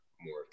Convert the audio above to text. more